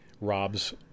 Rob's